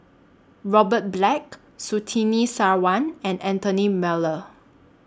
Robert Black Surtini Sarwan and Anthony Miller